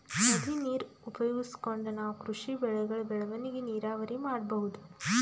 ನದಿ ನೀರ್ ಉಪಯೋಗಿಸ್ಕೊಂಡ್ ನಾವ್ ಕೃಷಿ ಬೆಳೆಗಳ್ ಬೆಳವಣಿಗಿ ನೀರಾವರಿ ಮಾಡ್ಬಹುದ್